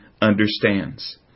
understands